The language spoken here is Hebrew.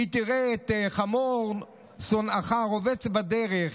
כי תראה את חמור שונאך רובץ בדרך,